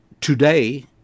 today